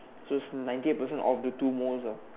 so is ninety eight percent of the two moles ah